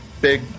Big